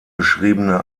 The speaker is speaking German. beschriebene